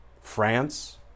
France